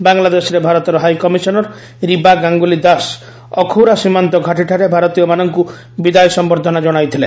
ବାଂଲାଦେଶରେ ଭାରତର ହାଇକମିସନର ରିବା ଗାଙ୍ଗୁଲି ଦାସ ଅଖୌରା ସୀମାନ୍ତ ଘାଟୀଠାରେ ଭାରତୀୟମାନଙ୍କୁ ବିଦାୟ ସମ୍ଭର୍ଦ୍ଧନା ଜଣାଇଥିଲେ